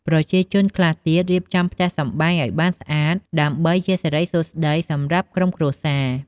ប្រជាជនខ្លះទៀតរៀបចំផ្ទះសម្បែងឲ្យបានស្អាតដើម្បីជាសិរីសួស្តីសម្រាប់ក្រុមគ្រួសារ។